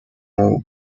нового